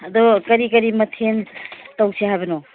ꯑꯗꯣ ꯀꯔꯤ ꯀꯔꯤ ꯃꯊꯦꯟ ꯇꯧꯁꯦ ꯍꯥꯏꯕꯅꯣ